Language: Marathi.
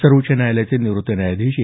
सर्वोच्च न्यायालयाचे निवृत्त न्यायाधीश ए